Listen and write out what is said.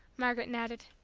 margaret nodded.